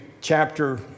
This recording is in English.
chapter